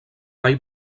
mai